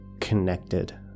connected